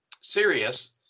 serious